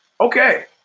okay